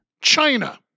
China